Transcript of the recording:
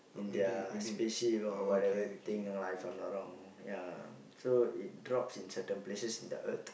in their spaceship or whatever thing lah If I not wrong so it drop in certain places in the Earth